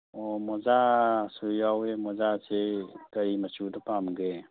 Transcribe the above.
ꯑꯣ ꯃꯣꯖꯥꯁꯨ ꯌꯥꯎꯋꯦ ꯃꯣꯖꯥꯁꯦ ꯀꯩ ꯃꯆꯨꯗ ꯄꯥꯝꯒꯦ